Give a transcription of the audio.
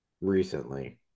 Recently